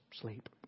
sleep